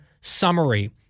summary